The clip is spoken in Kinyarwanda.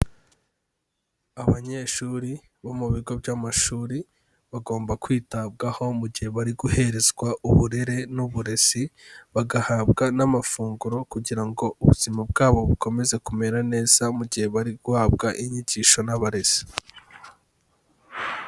Abanyeshuri bo mu bigo by'amashuri, bagomba kwitabwaho mu gihe bari guherezwa uburere n'uburezi, bagahabwa n'amafunguro kugira ngo ubuzima bwabo bukomeze kumera neza mu gihe bari guhabwa inyigisho n'abarezi.